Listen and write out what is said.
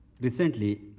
Recently